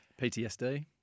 PTSD